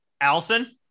Allison